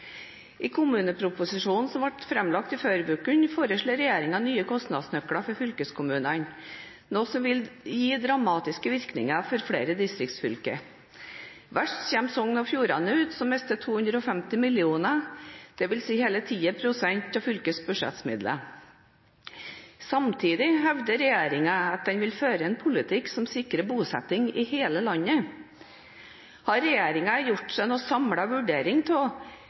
I kommuneproposisjonen, som ble framlagt i forrige uke, foreslår regjeringen nye kostnadsnøkler for fylkeskommunene, noe som vil gi dramatiske virkninger for flere distriktsfylker. Verst ut kommer Sogn og Fjordane, som mister 250 mill. kr, dvs. hele 10 pst. av fylkets budsjettmidler. Samtidig hevder regjeringen at den vil føre en politikk som sikrer bosetting i hele landet. Har regjeringen gjort seg noen samlet vurdering av